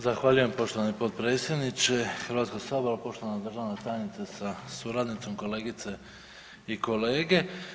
Zahvaljujem poštovani potpredsjedniče Hrvatskoga sabora, poštovana državna tajnice sa suradnicom, kolegice i kolege.